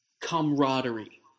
camaraderie